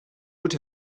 would